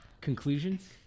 conclusions